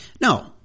No